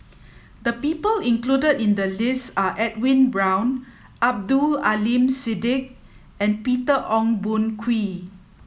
the people included in the list are Edwin Brown Abdul Aleem Siddique and Peter Ong Boon Kwee